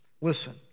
Listen